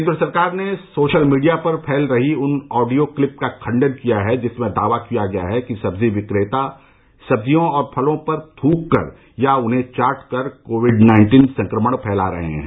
केंद्र सरकार ने सोशल मीडिया पर फैल रही उस ऑडियो क्लिप का खंडन किया है जिसमें दावा किया गया है कि सब्जी विक्रेता सब्जियों और फलों पर थूक कर या उन्हें चाट कर कोविड नाइन्टीन संक्रमण फैला रहे हैं